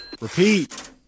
repeat